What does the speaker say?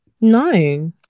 No